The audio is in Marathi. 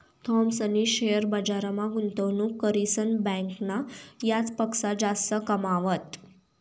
थॉमसनी शेअर बजारमा गुंतवणूक करीसन बँकना याजपक्सा जास्त कमावात